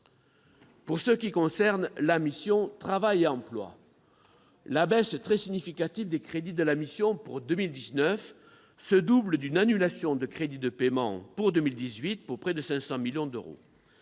Pour ce qui concerne la mission « Travail et emploi », la baisse très significative des crédits de la mission pour 2019 se double d'une annulation de crédits de paiement pour 2018 de près de 500 millions d'euros.